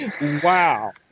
Wow